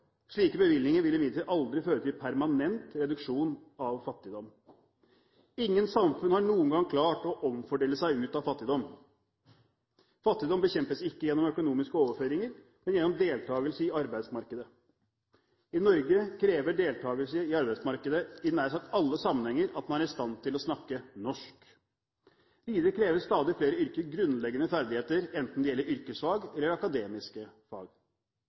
Slike bevilgninger vil imidlertid aldri føre til permanent reduksjon av fattigdom. Ingen samfunn har noen gang klart å omfordele seg ut av fattigdom. Fattigdom bekjempes ikke gjennom økonomiske overføringer, men gjennom deltagelse i arbeidsmarkedet. I Norge krever deltagelse i arbeidsmarkedet i nær sagt alle sammenhenger at man er i stand til å snakke norsk. Videre krever stadig flere yrker grunnleggende ferdigheter, enten det gjelder yrkesfag eller akademiske fag.